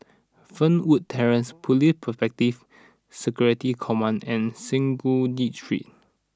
Fernwood Terrace Police Protective Security Command and Synagogue Street